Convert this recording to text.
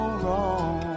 wrong